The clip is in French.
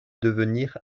devenir